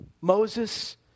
Moses